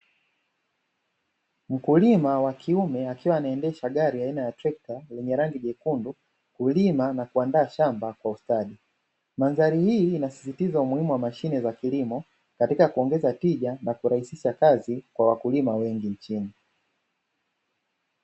Mkulima wa kiume akiwa anaendesha gari aina ya trekta lenye rangi jekundu hulima na kuandaa shamba kwa ustadi, madhari hii inasisitiza umuhimu wa mashine za kilimo katika kuongeza tija na kurahisisha kazi kwa wakulima wengi nchini.